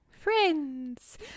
Friends